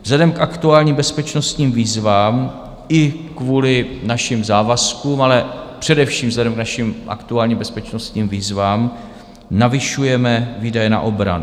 Vzhledem k aktuálním bezpečnostním výzvám i kvůli našim závazkům, ale především vzhledem k našim aktuálním bezpečnostním výzvám navyšujeme výdaje na obranu.